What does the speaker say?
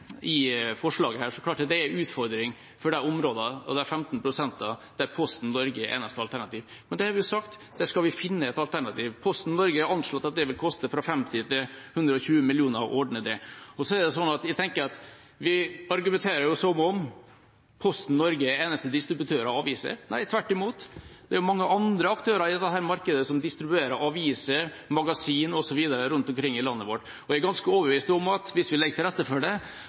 Dette forslaget er en utfordring for de områdene og de 15 pst. der Posten Norge er eneste alternativ. Men vi har sagt at vi skal finne et alternativ. Posten Norge har anslått at det vil koste fra 50 til 120 mill. kr å ordne det. Og jeg tenker at vi argumenterer som om Posten Norge er eneste distributør av aviser. Nei, tvert imot. Det er mange andre aktører i dette markedet som distribuerer aviser, magasiner osv. rundt omkring i landet vårt, og jeg er ganske overbevist om at hvis vi legger til rette for det,